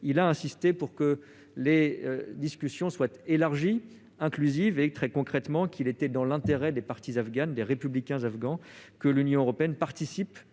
et a insisté pour que les discussions soient élargies et inclusives. Il a souligné qu'il était dans l'intérêt des parties afghanes, notamment des républicains afghans, que l'Union européenne participe